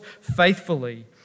faithfully